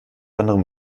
anderem